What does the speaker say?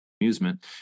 Amusement